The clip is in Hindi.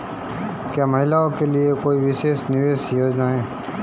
क्या महिलाओं के लिए कोई विशेष निवेश योजना है?